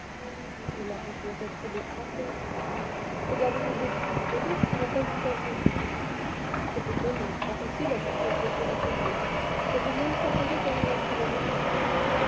mais la route doit être détrempée regardez mes bottines vous voyez il n'y a pas une tache de boue c'est étonnant car ici la pluie n'a cessé de tomber j'avais même proposé de remettre le mariage